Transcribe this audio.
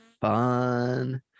fun